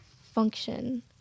function